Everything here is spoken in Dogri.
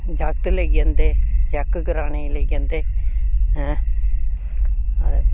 जागत् लेई जंदे चेक कराने ई लेई जंदे ऐं